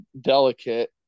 delicate